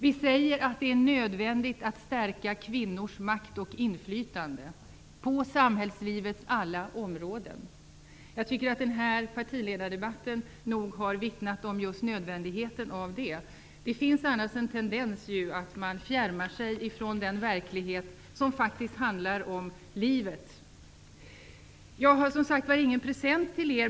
Vi säger att det är nödvändigt att stärka kvinnors makt och inflytande på samhällslivets alla områden. Jag tycker att den här partiledardebatten har vittnat om just nödvändigheten av det. Det finns annars en tendens att man fjärmar sig från den verklighet som faktiskt handlar om livet. Jag har som sagt var ingen present till er.